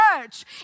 church